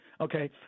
Okay